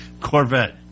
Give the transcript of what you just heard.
Corvette